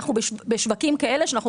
בשווקים כאלה,